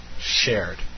shared